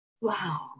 wow